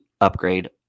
upgrade